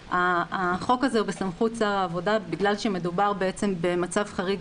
החוק הזה הוא בסמכות שר העבודה בגלל שמדובר במצב חריג